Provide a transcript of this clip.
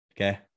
Okay